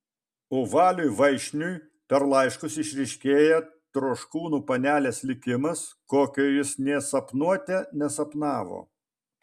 o valiui vaišniui per laiškus išryškėja troškūnų panelės likimas kokio jis nė sapnuote nesapnavo